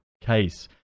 case